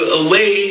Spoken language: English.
away